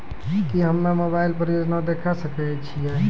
की हम्मे मोबाइल पर योजना देखय सकय छियै?